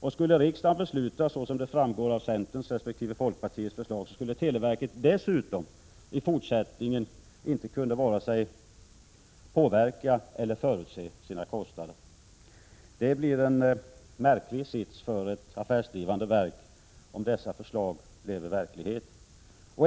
Och skulle riksdagen besluta i enlighet med centerns resp. folkpartiets förslag, skulle televerket dessutom i fortsättningen inte kunna vare sig påverka eller förutse sina kostnader. Det skulle bli en märklig sits för ett affärsdrivande verk, om dessa förslag bleve verklighet.